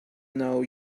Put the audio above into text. know